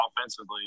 offensively